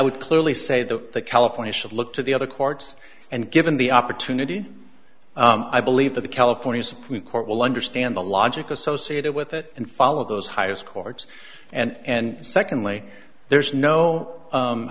d clearly say that the california should look to the other courts and given the opportunity i believe that the california supreme court will understand the logic associated with it and follow those highest courts and secondly there is no